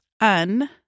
un